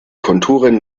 konturen